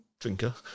drinker